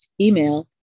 email